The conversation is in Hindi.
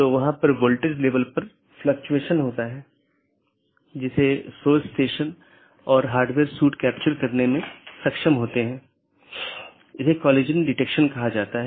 और जब यह विज्ञापन के लिए होता है तो यह अपडेट संदेश प्रारूप या अपडेट संदेश प्रोटोकॉल BGP में उपयोग किया जाता है हम उस पर आएँगे कि अपडेट क्या है